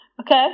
Okay